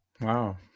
Wow